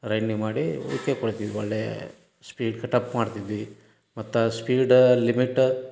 renew ಮಾಡಿ okay ಕೊಡ್ತೀವಿ ಒಳ್ಳೆಯ ಸ್ಪೀಡ್ ಕಟ್ಅಪ್ ಮಾಡ್ತಿದ್ವಿ ಮತ್ತು ಸ್ಪೀಡಾ ಲಿಮಿಟ